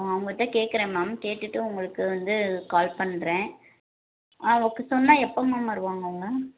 அவங்கட்ட கேட்குறேன் மேம் கேட்டுவிட்டு உங்களுக்கு வந்து கால் பண்ணுறேன் ஆ ஓகே சொன்னால் எப்போ மேம் வருவாங்க அவங்க